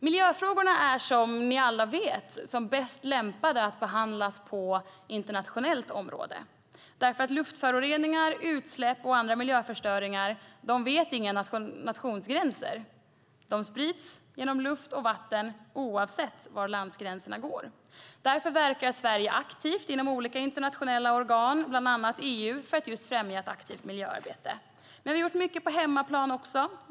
Miljöfrågorna är, som ni alla vet, bäst lämpade för att behandlas i internationellt samarbete. Luftföroreningar, utsläpp och annan miljöförstöring av olika slag vet inga nationsgränser. De sprids genom luft och vatten oavsett var landgränserna går. Därför verkar Sverige aktivt inom olika internationella organ, bland andra EU, för att just främja ett aktivt miljöarbete. Vi har dock gjort mycket på hemmaplan också.